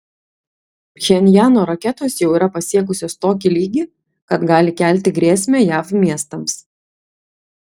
pchenjano raketos jau yra pasiekusios tokį lygį kad gali kelti grėsmę jav miestams